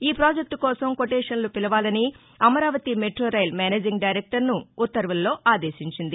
ఈ ప్రాజెక్టు కోసం కొటేషన్లు పిలవాలని అమరావతి మెటో రైల్ మేనేజింగ్ డైరెక్టర్ను ఈ ఉత్తర్వుల్లో ఆదేశించింది